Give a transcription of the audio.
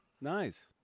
Nice